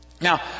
Now